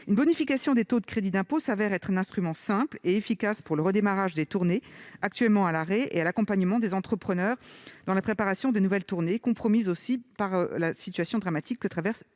Une bonification des taux du crédit d'impôt s'avère être un instrument simple et efficace pour le redémarrage des tournées, actuellement à l'arrêt, et l'accompagnement des entrepreneurs dans la préparation de nouvelles tournées, compromises aussi par la situation dramatique que traverse